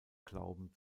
glauben